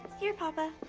here papa.